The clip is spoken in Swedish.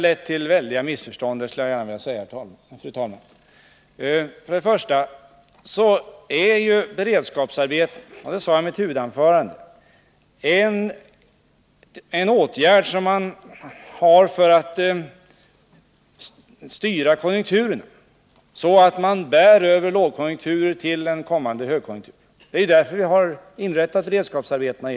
Jag skulle gärna vilja säga att det här har lett till mycket stora missförstånd. Beredskapsarbeten är ju, och det sade jag också i mitt huvudanförande, en åtgärd som vidtas för att styra konjunkturen, så att man klarar sig över en lågkonjunktur till en kommande högkonjunktur. Det är egentligen därför som vi har inrättat beredskapsarbetena.